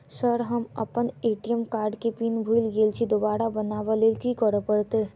Sir हम अप्पन ATM केँ पिन भूल गेल छी दोबारा बनाब लैल की करऽ परतै?